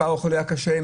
מספר החולים קשה.